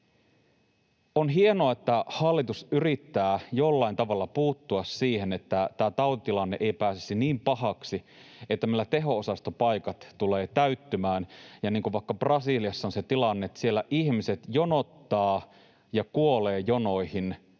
On hienoa, että hallitus yrittää jollain tavalla puuttua siihen, että tämä tautitilanne ei pääsisi niin pahaksi, että meillä teho-osastopaikat tulevat täyttymään, niin kuin vaikka Brasiliassa on se tilanne, että siellä ihmiset jonottavat ja kuolevat jonoihin,